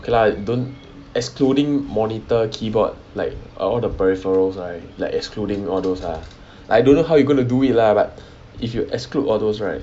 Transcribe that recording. okay lah don't excluding monitor keyboard like all the peripherals right like excluding all those ah I don't know how you gonna do it lah but if you exclude all those right